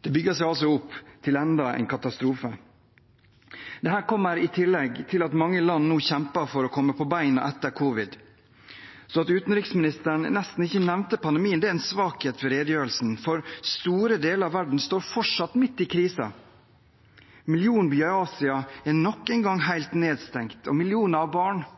Det bygger seg altså opp til enda en katastrofe. Dette kommer i tillegg til at mange land nå kjemper for å komme på beina etter covid. Så at utenriksministeren nesten ikke nevnte pandemien er en svakhet ved redegjørelsen, for store deler av verden står fortsatt midt i krisen. Millionbyer i Asia er nok engang helt nedstengt, og millioner av barn